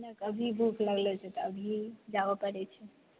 नहि अभी भूख लगलै तऽ अभी जाबऽ पड़ै छै